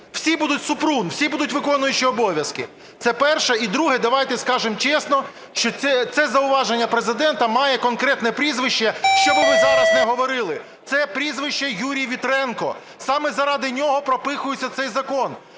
Всі будуть Супрун, всі будуть виконуючі обов'язки. Це перше. І друге. Давайте скажемо чесно, що це зауваження Президента має конкретне прізвище, що б ви зараз не говорили. Це прізвище Юрій Вітренко. Саме заради нього пропихується цей закон.